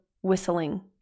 whistling